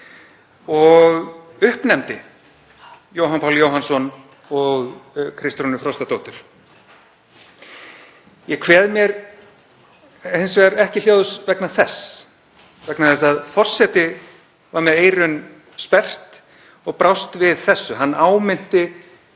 og uppnefndi Jóhann Pál Jóhannsson og Kristrúnu Frostadóttur. Ég kveð mér hins vegar ekki hljóðs vegna þess enda var forseti með eyrun sperrt og brást við þessu. Hann áminnti